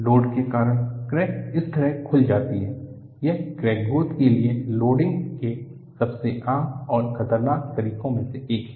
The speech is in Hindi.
लोड के कारण क्रैक इस तरह खुल जाती है यह क्रैक ग्रोथ के लिए लोडिंग के सबसे आम और खतरनाक तरीकों में से एक है